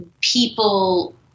people